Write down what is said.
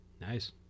Nice